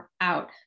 out